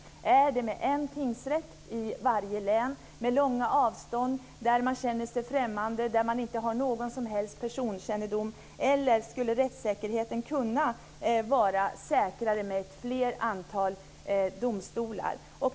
Har vi det med en tingsrätt i varje län med långa avstånd där man känner sig främmande och inte har någon som helst personkännedom? Eller blir det högre rättssäkerhet med ett större antal domstolar?